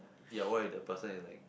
ya what if that person is like